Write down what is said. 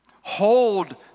Hold